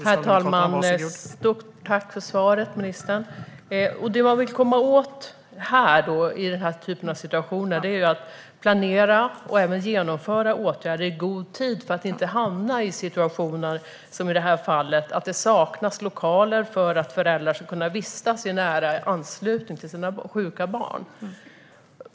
Herr talman! Ett stort tack för svaret, ministern! Det man vill komma åt i den här typen av situationer är att man ska planera och även genomföra åtgärder i god tid för att inte hamna i situationer som i det här fallet med att det saknas lokaler för att föräldrar ska kunna vistas i nära anslutning till sina sjuka barn.